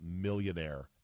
millionaire